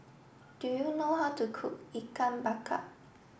do you know how to cook Ikan Bakar